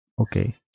Okay